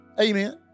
Amen